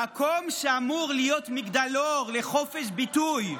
מקום שאמור להיות מגדלור לחופש ביטוי,